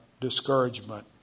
discouragement